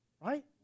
Right